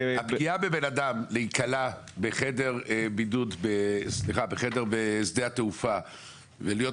הפגיעה בבן אדם שייכלא בחדר בשדה התעופה ולהיות